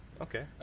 Okay